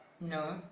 No